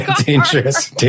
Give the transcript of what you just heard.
Dangerous